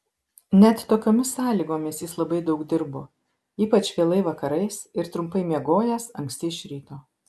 net tokiomis sąlygomis jis labai daug dirbo ypač vėlai vakarais ir trumpai miegojęs anksti iš ryto